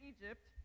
Egypt